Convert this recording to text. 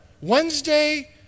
Wednesday